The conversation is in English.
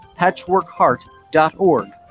patchworkheart.org